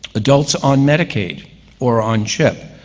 adults on medicaid or on chip,